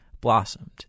blossomed